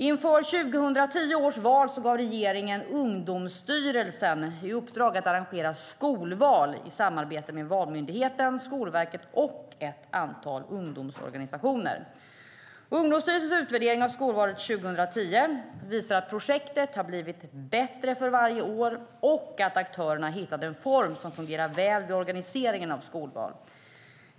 Inför 2010 års val gav regeringen Ungdomsstyrelsen i uppdrag att arrangera skolval i samarbete med Valmyndigheten, Skolverket och ett antal ungdomsorganisationer. Ungdomsstyrelsens utvärdering av skolvalet 2010 visar att projektet blivit bättre för varje år och att aktörerna har hittat en form som fungerar väl vid organiseringen av skolval.